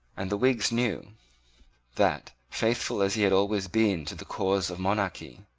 and the whigs knew that, faithful as he had always been to the cause of monarchy,